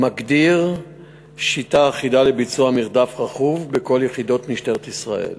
מגדיר שיטה אחידה לביצוע מרדף רכוב בכל יחידות משטרת ישראל.